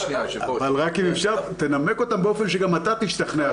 אבל רק אם אפשר, תנמק אותן באופן שגם אתה תשתכנע.